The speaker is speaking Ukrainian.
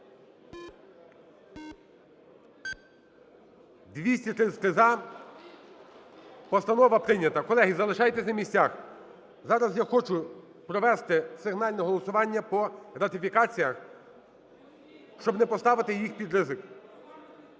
11:52:40 За-233 Постанова прийнята. Колеги, залишайтесь на місцях. Зараз я хочу провести сигнальне голосування по ратифікаціях, щоб не поставити їх під ризик.